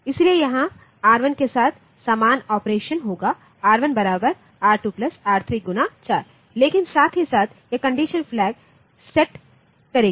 इसलिए यहां R1 के साथ समान ऑपरेशन होगा R1 बराबर R2 प्लस R3 4 लेकिन साथ ही साथ यह कंडीशन फ्लैग सेट करेगी